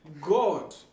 God